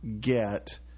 get